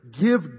give